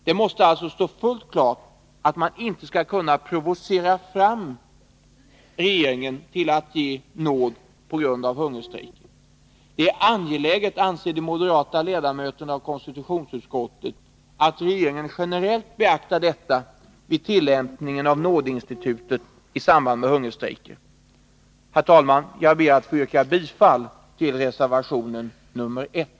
Det måste alltså stå fullt klart att man inte skall kunna provocera regeringen till att ge nåd på grund av hungerstrejker. De moderata ledamöterna av konstitutionsutskottet anser att det är angeläget att regeringen beaktar detta vid tillämpningen av nådeinstitutet i samband med hungerstrejker. Herr talman! Jag ber att få yrka bifall till reservationen 1.